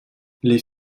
les